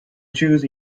choose